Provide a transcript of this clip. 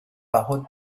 bajo